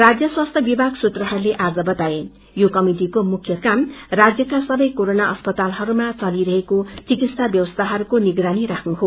राज्य स्वास्थ्य विभाग सूत्रहरूले आज बताए यो कमिटिको मुख्य काम राज्यका सबै कोरोना अस्पातालहयमा चलिरहेको चिकित्सा व्यवस्थहरूको निगरानी राख्न हो